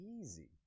easy